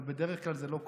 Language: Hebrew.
אבל בדרך כלל זה לא קורה.